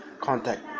contact